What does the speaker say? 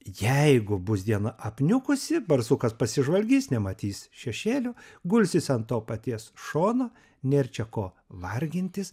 jeigu bus diena apniukusi barsukas pasižvalgys nematys šešėlio gulsis ant to paties šono nėr čia ko vargintis